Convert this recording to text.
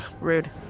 Rude